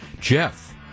Jeff